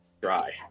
dry